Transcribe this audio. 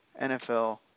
NFL